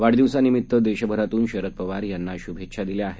वाढदिवसानिमित्त देशभरातून शरद पवार यांना शूभेच्छा दिल्या आहेत